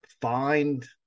Find